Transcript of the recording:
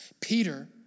Peter